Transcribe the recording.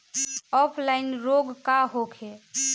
Offline रोग का होखे?